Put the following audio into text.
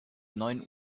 neun